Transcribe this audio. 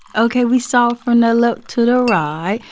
ok, we solve from the left to the right,